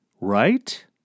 right